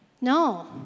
No